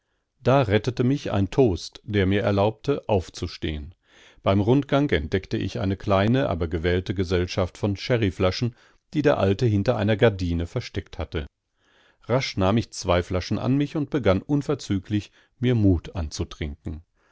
da rettete mich ein toast der mir erlaubte aufzustehen beim rundgang entdeckte ich eine kleine aber gewählte gesellschaft von sherryflaschen die der alte hinter einer gardine versteckt hatte rasch nahm ich zwei flaschen an mich und begann unverzüglich mir mut anzutrinken